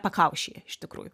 pakaušyje iš tikrųjų